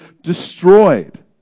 destroyed